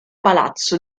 palazzo